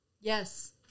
Yes